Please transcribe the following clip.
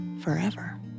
forever